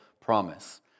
promise